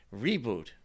Reboot